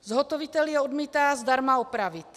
Zhotovitel je odmítá zdarma opravit.